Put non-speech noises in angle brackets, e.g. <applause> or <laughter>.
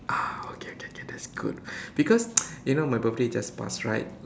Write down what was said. ah okay okay okay that's good because <noise> you know my birthday just passed right